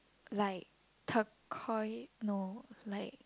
like turquoise no like